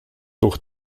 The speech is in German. durch